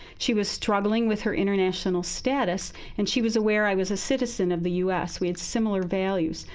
she was struggling with her international status and she was aware i was a citizen of the us. we had similar values.